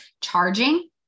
charging